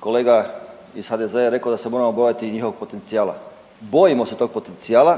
Kolega iz HDZ-a je rekao da se moramo bojati njihovog potencijala. Bojimo se tog potencijala